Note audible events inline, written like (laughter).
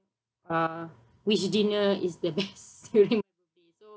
uh which dinner is the best (laughs) during so